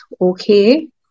okay